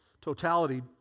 totality